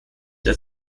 der